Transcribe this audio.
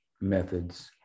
methods